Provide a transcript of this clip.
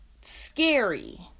scary